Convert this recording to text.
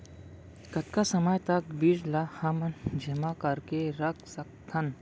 कतका समय तक बीज ला हमन जेमा करके रख सकथन?